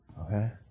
Okay